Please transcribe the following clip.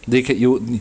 they ca~ you